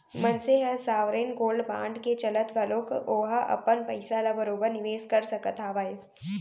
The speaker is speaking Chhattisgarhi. मनसे ह सॉवरेन गोल्ड बांड के चलत घलोक ओहा अपन पइसा ल बरोबर निवेस कर सकत हावय